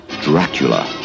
Dracula